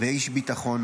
ואיש ביטחון,